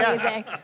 amazing